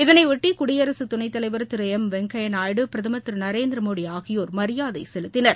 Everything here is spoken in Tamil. இதனையொட்டி குடியரசு துணைத்தலைவா் திரு எம் வெங்கையநாயுடு பிரதமா் திரு நரேந்திரமோடி ஆகியோர் மரியாதை செலுத்தினர்